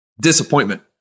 Disappointment